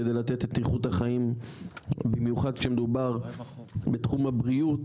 כדי לתת את איכות החיים במיוחד כשמדובר בתחום הבריאות